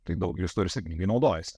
tai daug jos tuo ir sėkmingai naudojasi